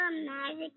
magic